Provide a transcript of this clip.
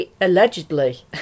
Allegedly